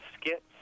skits